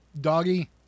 doggy